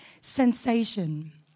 sensation